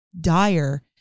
dire